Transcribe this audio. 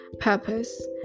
purpose